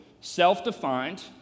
self-defined